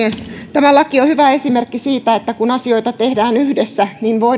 tämä laki on hyvä esimerkki siitä että kun asioita tehdään yhdessä niin voidaan alun